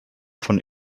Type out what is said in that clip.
von